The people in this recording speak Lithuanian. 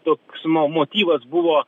toks mo motyvas buvo